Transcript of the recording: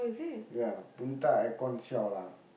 ya Punitha aircon siao lah